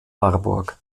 marburg